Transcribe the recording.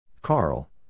Carl